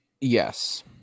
Yes